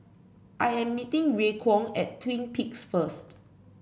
I am meeting Raekwon at Twin Peaks first